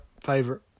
favorite